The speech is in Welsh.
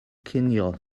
cinio